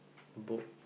the book